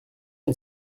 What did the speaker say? une